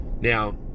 Now